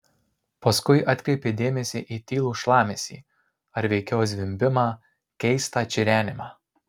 paskui atkreipė dėmesį į tylų šlamesį ar veikiau zvimbimą keistą čirenimą